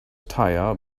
tire